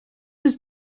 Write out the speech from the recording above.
was